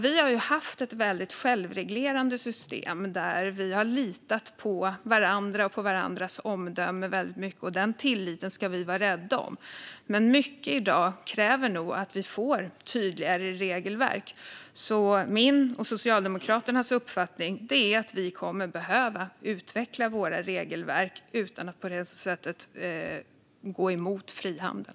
Vi har haft ett väldigt självreglerande system, där vi har litat mycket på varandra och på varandras omdöme. Denna tillit ska vi vara rädda om, men mycket i dag kräver nog att vi får tydligare regelverk. Min och Socialdemokraternas uppfattning är att vi kommer att behöva utveckla våra regelverk utan att på detta sätt gå emot frihandeln.